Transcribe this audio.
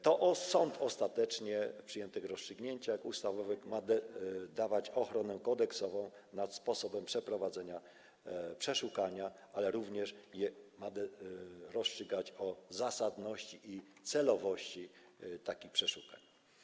To sąd ostatecznie według przyjętych rozstrzygnięć ustawowych ma dawać ochronę kodeksową w zakresie sposobu przeprowadzenia przeszukania, ale również ma rozstrzygać o zasadności i celowości takich przeszukań.